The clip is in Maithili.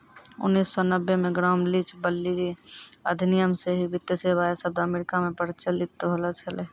उन्नीस सौ नब्बे मे ग्राम लीच ब्लीली अधिनियम से ही वित्तीय सेबाएँ शब्द अमेरिका मे प्रचलित होलो छलै